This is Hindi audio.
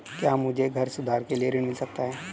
क्या मुझे घर सुधार के लिए ऋण मिल सकता है?